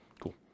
Cool